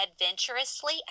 adventurously